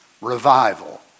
revival